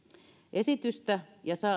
esitystä ja